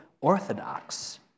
orthodox